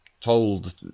told